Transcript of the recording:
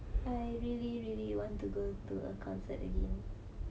I really really want to go to a concert again